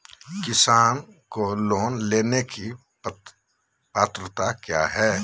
किसान को लोन लेने की पत्रा क्या है?